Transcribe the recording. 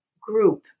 group